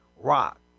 rock